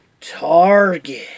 Target